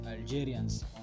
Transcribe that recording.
Algerians